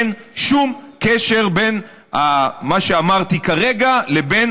אין שום קשר בין מה שאמרתי כרגע לבין